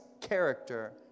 character